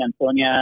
Antonia